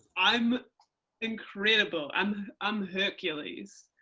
i'm incredible, um i'm hercules.